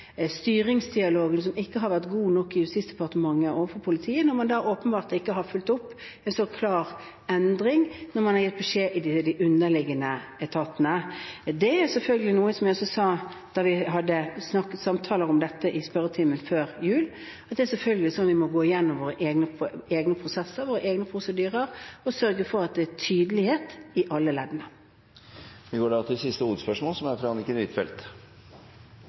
styringsdialogen som ikke har vært god nok i Justis- og beredskapsdepartementet overfor politiet, når man åpenbart ikke har fulgt opp en så klar endring – når man har gitt beskjed i de underliggende etatene. Det sa jeg også da vi hadde samtaler om dette i spørretimen før jul, at det selvfølgelig er sånn at vi må gå gjennom våre egne prosesser, våre egne prosedyrer, og sørge for at det er tydelighet i alle ledd. Vi går da til siste hovedspørsmål, som er fra Anniken Huitfeldt.